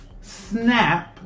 snap